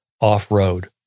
off-road